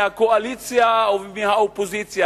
מהקואליציה או מהאופוזיציה,